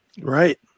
Right